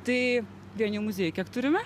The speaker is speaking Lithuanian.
tai vien jau muziejų kiek turime